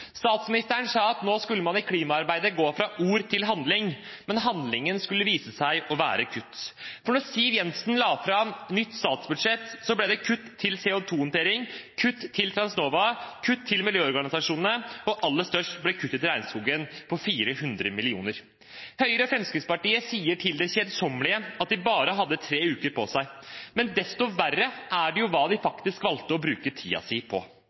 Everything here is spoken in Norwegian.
Statsministeren sa at nå skulle man i klimaarbeidet gå fra ord til handling. Men handlingen skulle vise seg å være kutt. For når Siv Jensen la fram et nytt statsbudsjett, ble det kutt til CO2-håndering, kutt til Transnova, kutt til miljøorganisasjonene, og aller størst ble kuttet til regnskogen, på 400 mill. kr. Høyre og Fremskrittspartiet sier til det kjedsommelige at de bare hadde tre uker på seg, men desto verre er det hva de faktisk valgte å bruke tiden sin på.